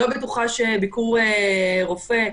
לא בטוחה שביקור רופא,